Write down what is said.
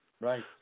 Right